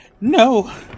No